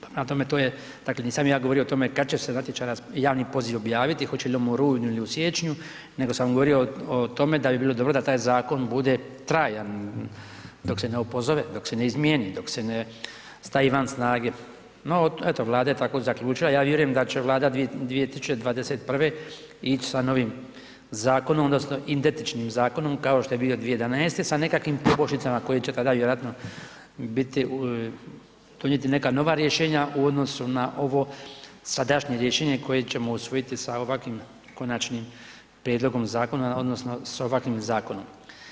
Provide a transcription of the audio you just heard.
Prema tome to je, dakle nisam ja govori o tome kad će se javni poziv objaviti, hoće li on u rujnu ili u siječnju nego sam govorio o tome da bi bilo dobro da taj zakon bude trajan dok se ne opozove, dok se ne izmijeni, dok se ne stavi van snage no eto, Vlada je tako zaključila, ja vjerujem da će Vlada 2021. ić sa novim zakonom odnosno identičnim zakonom kao što je bio 2011. sa nekakvim poboljšicama koje će tada vjerojatno biti, donijeti neka nova rješenja u odnosu na ovo sadašnje rješenje koje ćemo usvojiti sa ovakvim konačnim prijedlogom zakona odnosno sa ovakvim zakonom.